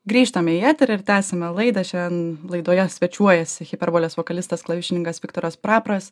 grįžtame į eterį tad ir tęsiame laidą šiandien laidoje svečiuojasi hiperbolės vokalistas klavišininkas viktoras prapras